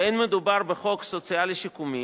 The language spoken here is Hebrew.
ולא מדובר בחוק סוציאלי-שיקומי,